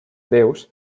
déus